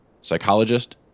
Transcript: psychologist